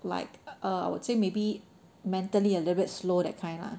like err I would say maybe mentally a little bit slow that kind lah